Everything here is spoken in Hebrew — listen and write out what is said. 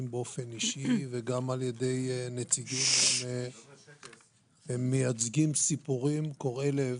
באופן אישי וגם על-ידי נציגים מייצגים סיפורים קורעי לב